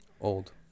old